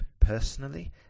personally